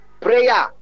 Prayer